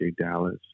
Dallas